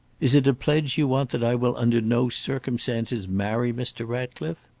is it a pledge you want that i will under no circumstances marry mr. ratcliffe?